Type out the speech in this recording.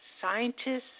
scientists